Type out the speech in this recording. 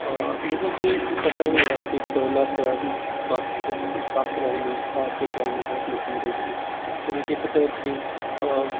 जैसेकि पता ही हइ दौड़लासँ स्वास्थ्य स्वस्थ रहयमे आओर फिट रहयमे बहुत मदद मिलैत छै जेनाकि पते होयत कि